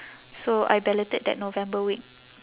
so I balloted that november week